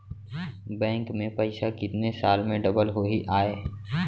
Bank में पइसा कितने साल में डबल होही आय?